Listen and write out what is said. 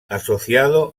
asociado